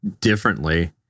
differently